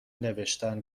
نوشتن